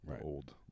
old